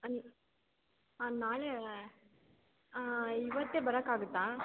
ಹಾಂ ನಾಳೆ ಹಾಂ ಇವತ್ತೇ ಬರೋಕಾಗತ್ತ